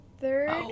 third